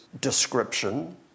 description